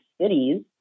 cities